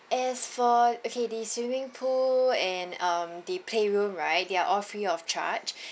as for okay the swimming pool and um the playroom right they are all free of charge